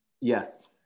Yes